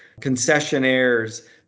concessionaires